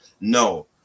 no